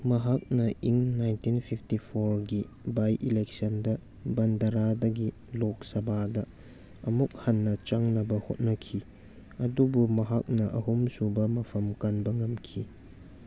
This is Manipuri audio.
ꯃꯍꯥꯛꯅ ꯏꯪ ꯅꯥꯏꯟꯇꯤꯟ ꯐꯤꯞꯇꯤ ꯐꯣꯔꯒꯤ ꯕꯥꯏ ꯑꯦꯂꯦꯛꯁꯟꯗ ꯕꯟꯗꯥꯔꯥꯗꯒꯤ ꯂꯣꯛ ꯁꯕꯥꯗ ꯑꯃꯨꯛ ꯍꯟꯅ ꯆꯪꯅꯕ ꯍꯣꯠꯅꯈꯤ ꯑꯗꯨꯕꯨ ꯃꯍꯥꯛꯅ ꯑꯍꯨꯝꯁꯨꯕ ꯃꯐꯝ ꯀꯟꯕ ꯉꯝꯈꯤ